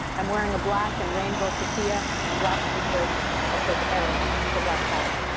i'm wearing a black and rainbow keffiyeh and a black t-shirt that says arabs for black power.